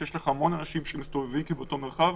כשיש המון אנשים שמסתובבים באותו מרחב,